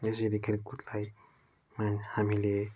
यसरी खेलकुदलाई मान् हामीले